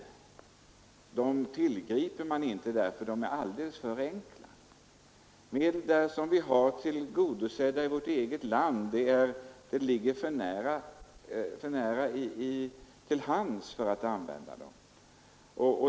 Ofta tillgriper man inte enkla medel därför att de är alldeles för enkla. De medel, med vilka vårt eget land är tillgodosett, ligger alldeles för nära till hands för att använda.